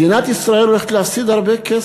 מדינת ישראל הולכת להפסיד הרבה כסף.